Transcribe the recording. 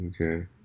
Okay